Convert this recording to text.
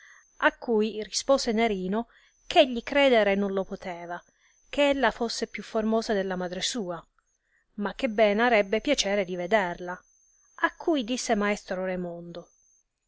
a cui rispose nerino eh egli credere non lo poteva che ella fosse più formosa della madre sua ma che ben arebbe piacere di vederla a cui disse maestro raimondo